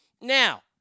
Now